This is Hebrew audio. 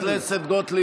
חברת הכנסת גוטליב,